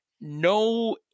no